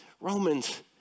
Romans